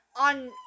On